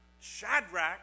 Shadrach